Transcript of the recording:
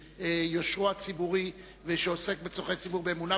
וביושרו הציבורי ובכך שהוא עוסק בצורכי ציבור באמונה,